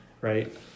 right